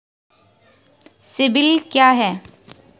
CIBIL क्या है?